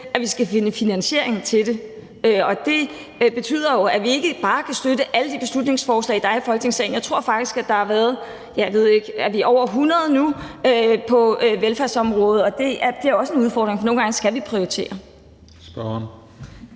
at vi skal finde finansiering til det. Det betyder, at vi ikke bare kan støtte alle de beslutningsforslag, der er i Folketingssalen. Jeg tror faktisk, at der har været, jeg tror over 100 nu på velfærdsområdet, og det er også en udfordring, for nogle gange skal vi prioritere. Kl.